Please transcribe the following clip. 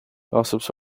gossips